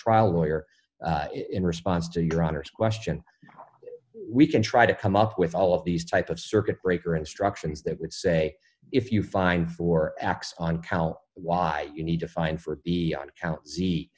trial lawyer in response to your honor's question we can try to come up with all of these type of circuit breaker instructions that would say if you find for x on cow why you need to find for the